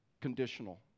conditional